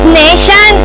nation